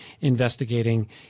investigating